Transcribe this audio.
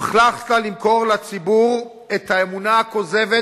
לציבור את האמונה הכוזבת